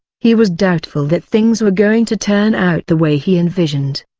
he was doubtful that things were going to turn out the way he envisioned.